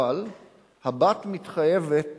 אבל הבת מתחייבת